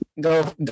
Go